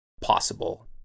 possible